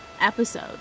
episode